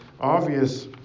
Obvious